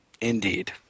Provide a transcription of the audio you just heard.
Indeed